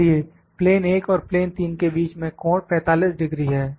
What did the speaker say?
इसलिए प्लेन 1 और प्लेन 3 के बीच में कोण 45 डिग्री है